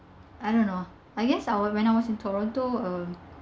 I don't know I guess I wa~ when I was in toronto um